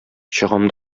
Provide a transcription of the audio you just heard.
чыгам